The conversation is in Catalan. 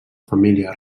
família